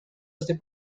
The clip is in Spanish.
este